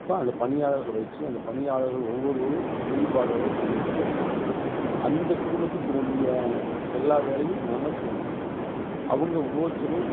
அப்போ அந்த பணியாளர்களில் வச்சி அந்த பணியாளர்கள் ஒவ்வொருவரும் ஈடுபாடோட செஞ்சி அந்த குடும்பத்துக்கு வேண்டியான எல்லா வேலையும் நம்ம செஞ்சி அவங்க ஒவ்வொருத்தரும்